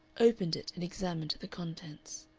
opened it, and examined the contents.